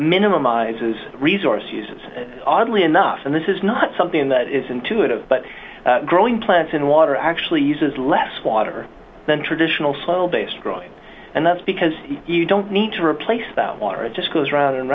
minimizes resource use oddly enough and this is not something that is intuitive but growing plants in water actually uses less water than traditional slow based growth and that's because you don't need to replace that water it just goes round and